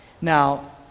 Now